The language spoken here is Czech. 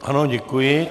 Ano, děkuji.